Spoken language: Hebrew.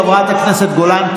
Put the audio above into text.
חברת הכנסת גולן,